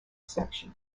section